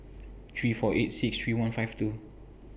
three four eight six three one five two